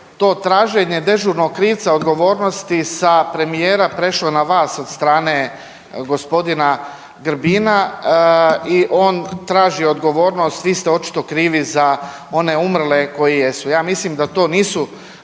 to traženje dežurnog krivca, odgovornosti sa premijera prešlo na vas od strane g. Grbina i on traži odgovornost, vi ste očito krivi za one umrle koji jesu. Ja mislim da to nisu